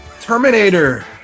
Terminator